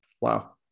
Wow